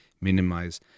minimize